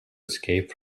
escape